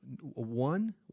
one